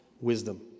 wisdom